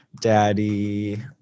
daddy